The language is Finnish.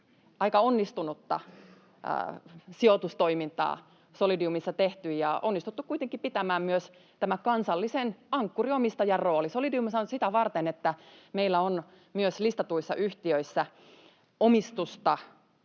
Aika onnistunutta sijoitustoimintaa Solidiumissa on tehty ja on onnistuttu kuitenkin pitämään myös tämä kansallisen ankkuriomistajan rooli. Solidiumhan on sitä varten, että meillä on myös listatuissa yhtiöissä omistusta,